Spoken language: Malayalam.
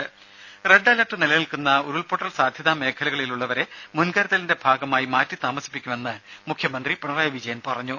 രുമ റെഡ് അലർട്ട് നിലനിൽക്കുന്ന ഉരുൾപൊട്ടൽ സാധ്യതാ മേഖലകളിലുള്ളവരെ മുൻകരുതലിന്റെ ഭാഗമായി മാറ്റി താമസിപ്പിക്കുമെന്ന് മുഖ്യമന്ത്രി പറഞ്ഞു